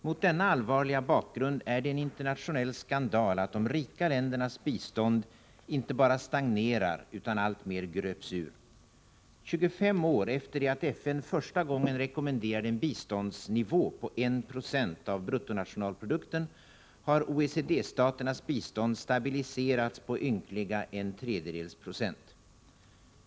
Mot denna allvarliga bakgrund är det en internationell skandal att de rika ländernas bistånd inte bara stagnerar utan även alltmer gröps ur. 25 år efter det att FN första gången rekommenderade en biståndsnivå på 1 96 av bruttonationalprodukten har OECD-staternas bistånd stabiliserats på ynkliga en tredjedels procent!